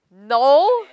no